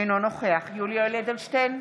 אינו נוכח יולי יואל אדלשטיין,